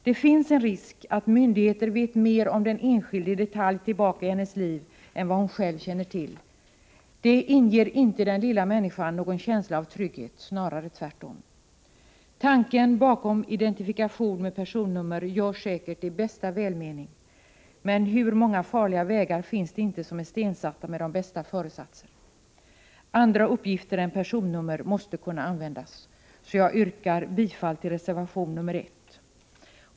Det finns en risk att myndigheter vet mer i detalj om den enskildes tidigare liv än vederbörande själv känner till. Det inger inte den lilla människan någon känsla av trygghet, snarare tvärtom. Tanken bakom identifikation med personnummer har säkert varit god, men hur många farliga vägar finns det inte som är stensatta med de bästa föresatser? Andra uppgifter än personnummer måste kunna användas. Jag yrkar bifall till reservation nr 1.